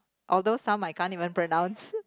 although some I can't even pronounce